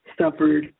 suffered